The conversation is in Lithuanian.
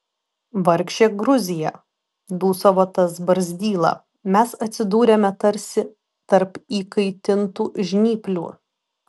vargšė gruzija dūsavo tas barzdyla mes atsidūrėme tarsi tarp įkaitintų žnyplių